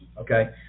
okay